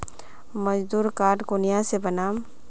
मजदूर कार्ड कुनियाँ से बनाम?